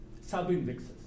sub-indexes